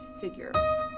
figure